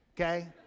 Okay